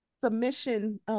submission